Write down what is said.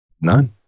None